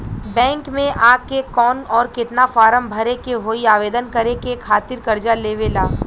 Bank मे आ के कौन और केतना फारम भरे के होयी आवेदन करे के खातिर कर्जा लेवे ला?